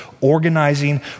organizing